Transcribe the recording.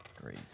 Great